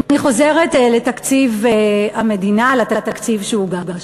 אני חוזרת לתקציב המדינה, לתקציב שהוגש.